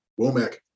womack